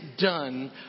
done